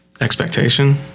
Expectation